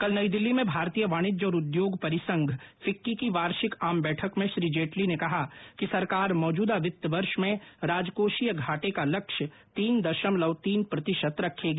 कल नई दिल्ली में भारतीय वाणिज्य और उद्योग परिसंघ फिक्की की वार्षिक आम बैठक में श्री जेटली ने कहा कि सरकार मौजूदा वित्त वर्ष में राजकोषीय घाटे का लक्ष्य तीन दशमलव तीन प्रतिशत रखेगी